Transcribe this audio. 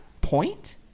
point